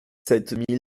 sept